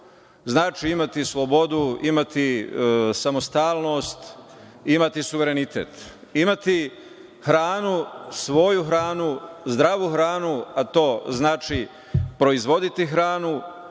znači imati slobodu, imati samostalnost, imati suverenitet. Imati hranu, svoju hranu, zdravu hranu, a to znači proizvoditi hranu